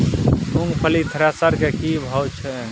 मूंगफली थ्रेसर के की भाव छै?